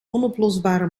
onoplosbare